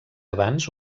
abans